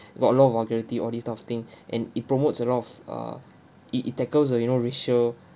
got a lot of vulgarity all this type of thing and it promotes a lot of err it it tackles uh you know racial